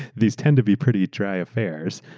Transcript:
these tend to be pretty dry affairs.